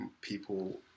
people